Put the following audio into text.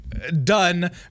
done